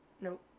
Nope